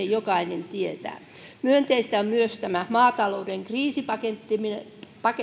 jokainen tietää myönteistä on myös maatalouden kriisipakettien